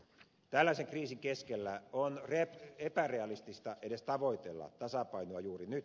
tällaisen kriisin keskellä on epärealistista edes tavoitella tasapainoa juuri nyt